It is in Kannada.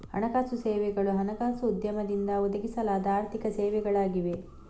ಹಣಕಾಸು ಸೇವೆಗಳು ಹಣಕಾಸು ಉದ್ಯಮದಿಂದ ಒದಗಿಸಲಾದ ಆರ್ಥಿಕ ಸೇವೆಗಳಾಗಿವೆ